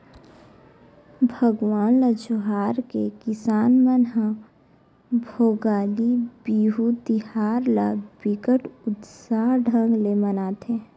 भगवान ल जोहार के किसान मन ह भोगाली बिहू तिहार ल बिकट उत्साह ढंग ले मनाथे